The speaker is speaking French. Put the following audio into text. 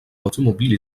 automobile